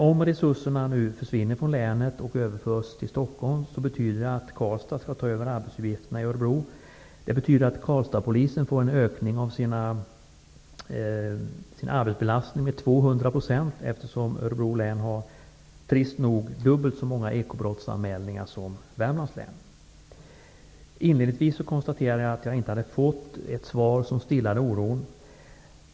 Om resurserna för ekobrottsbekämpningen i Örebro län nu överförs till Stockholm, och Karlstad skall ta över arbetsuppgifterna från Örebro, betyder det att Karlstadspolisen får en ökning av arbetsbelastningen med 200 %. Örebro län har nämligen, trist nog, dubbelt så många ekobrottsanmälningar som Värmlands län. Inledningsvis konstaterade jag att jag inte har fått ett svar som stillar oron.